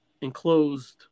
enclosed